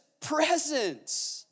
presence